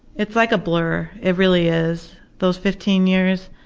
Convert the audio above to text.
it's like a blur, it really is. those fifteen years,